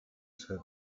said